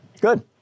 Good